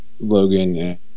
Logan